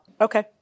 Okay